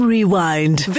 Rewind